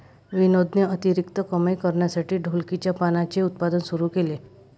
विनोदने अतिरिक्त कमाई करण्यासाठी ढोलकीच्या पानांचे उत्पादन सुरू केले